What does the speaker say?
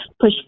push